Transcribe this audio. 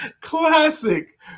Classic